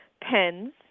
pens